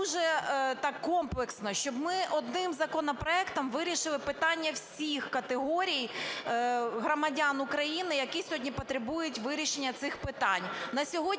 дуже так, комплексно, щоб ми одним законопроектом вирішили питання всіх категорій громадян України, які сьогодні потребують вирішення цих питань.